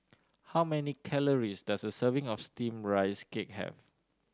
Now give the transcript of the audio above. how many calories does a serving of Steamed Rice Cake have